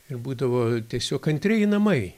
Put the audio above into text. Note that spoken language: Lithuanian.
būdavo tiesiog antrieji namai